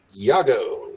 Yago